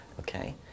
okay